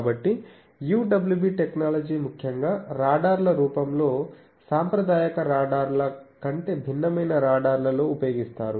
కాబట్టి UWB technology ముఖ్యంగా రాడార్ల రూపంలో సాంప్రదాయక రాడార్ల కంటే భిన్నమైన రాడార్లలలో ఉపయోగిస్తారు